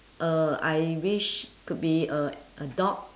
uh I wish could be a a dog